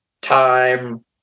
time